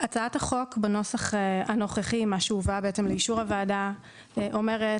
הצעת החוק בנוסח הנוכחי שהובא לאישור הוועדה אומרת